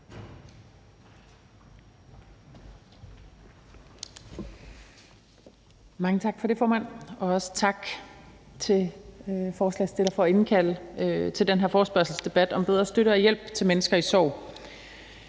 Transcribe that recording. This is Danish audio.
Mange tak for det, formand. Og tak til forespørgerne for at indkalde til den her forespørgselsdebat om bedre støtte og hjælp til mennesker i sorg.